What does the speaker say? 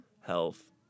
health